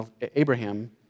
Abraham